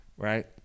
right